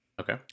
okay